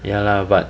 ya lah but